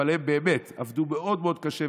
אבל הם באמת עבדו מאוד מאוד קשה,